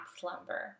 slumber